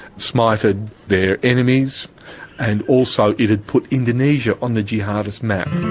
smited their enemies and also it had put indonesia on the jihadist map.